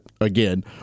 again